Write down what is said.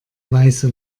weiße